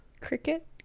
Cricket